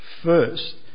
first